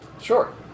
Sure